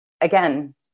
again